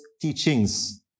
teachings